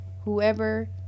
whoever